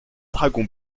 dragon